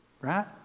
right